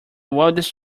wildest